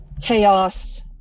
chaos